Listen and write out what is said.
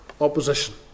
opposition